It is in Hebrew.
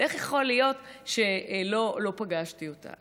איך יכול להיות שלא פגשתי אותה?